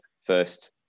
first